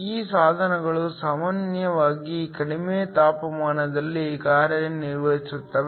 ಈ ಸಾಧನಗಳು ಸಾಮಾನ್ಯವಾಗಿ ಕಡಿಮೆ ತಾಪಮಾನದಲ್ಲಿ ಕಾರ್ಯನಿರ್ವಹಿಸುತ್ತವೆ